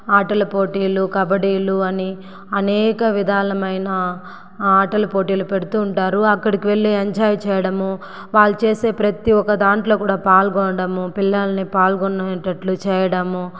ఆటల పోటీలు కబడీలు అని అనేక విధానమైన ఆటల పోటీలు పెడుతు ఉంటారు అక్కడికి వెళ్ళి ఎంజాయ్ చేయడము వాళ్ళు చేసే ప్రతి ఒక దాంట్లో కూడా పాల్గొనడము పిల్లల్ని పాల్గొనేటట్లు చేయడము